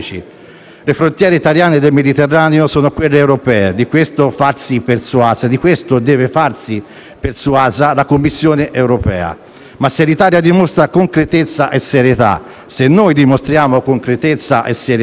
Le frontiere italiane del Mediterraneo sono quelle europee, di questo deve farsi persuasa la Commissione europea. Ma se l'Italia, se noi dimostriamo concretezza e serietà